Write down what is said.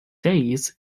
days